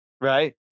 Right